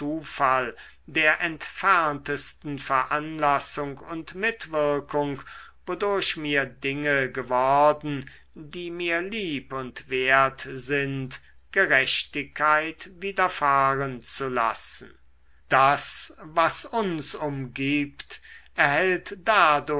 zufall der entferntesten veranlassung und mitwirkung wodurch mir dinge geworden die mir lieb und wert sind gerechtigkeit widerfahren zu lassen das was uns umgibt erhält